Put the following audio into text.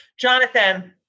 Jonathan